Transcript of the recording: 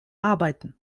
arbeiten